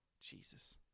Jesus